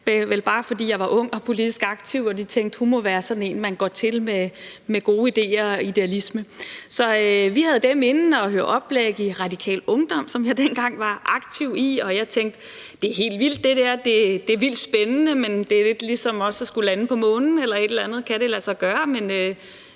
vel bare, fordi jeg var ung og politisk aktiv, så de tænkte, at jeg måtte være sådan en, man går til med gode ideer og idealisme. Vi havde dem inde i Radikal Ungdom, som jeg dengang var aktiv i, og fik et oplæg. Og jeg tænkte: Det er helt vildt det her; det er vildt spændende, men det er også lidt, som man skulle lande på Månen eller et eller andet – kan det lade sig gøre? – men